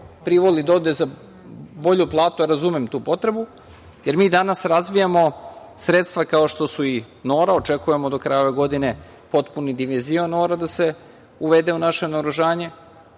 privoli da odu za bolju platu, ja razumem tu potrebu, jer mi danas razvijamo sredstva kao što su i „Nora“, očekujemo do kraja ove godine potpuni divizion „Nora“ da se uvede u naše naoružanje.